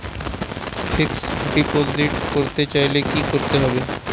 Fixed deposit করতে চাইলে কি করতে হবে?